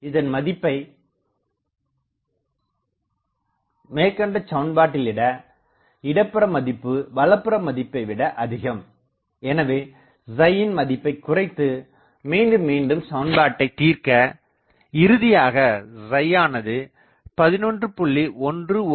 இதன் மதிப்பை 2 b22 1G22 1 a2G21821 1இச்சமன்பாட்டிலிட இடபுற மதிப்பு வலப்புற மதிப்பைவிட அதிகம் எனவே இன் மதிப்பை குறைத்து மீண்டும் மீண்டும் சமன்பாட்டைத் தீர்க்க இறுதியாக ஆனது11